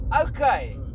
Okay